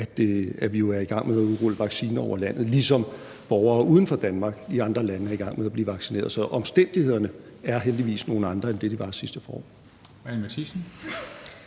at vi jo er i gang med at udrulle vacciner over hele landet, ligesom borgere uden for Danmark, i andre lande, er i gang med at blive vaccineret. Så omstændighederne er heldigvis nogle andre end dem, der var sidste forår.